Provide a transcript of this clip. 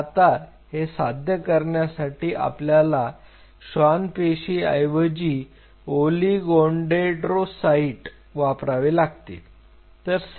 तर आता हे साध्य करण्यासाठी आपल्याला श्वान पेशीऐवजी ओलीगोडेंडरोसाईट वापरावे लागतील